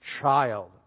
child